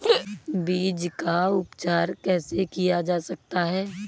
बीज का उपचार कैसे किया जा सकता है?